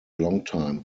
longtime